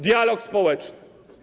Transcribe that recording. Dialog społeczny.